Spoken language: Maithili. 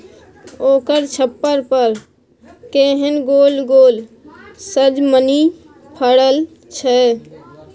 ओकर छप्पर पर केहन गोल गोल सजमनि फड़ल छै